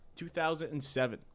2007